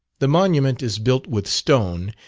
the monument is built with stone,